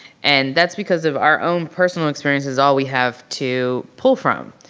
and that's because of our own personal experiences, all we have to pull from.